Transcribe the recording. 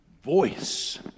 Voice